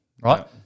right